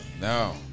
No